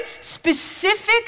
specific